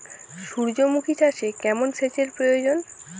সূর্যমুখি চাষে কেমন সেচের প্রয়োজন?